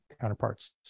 counterparts